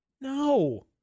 No